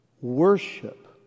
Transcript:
worship